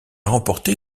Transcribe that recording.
remporté